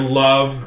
love